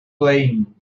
playing